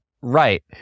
right